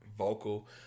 Vocal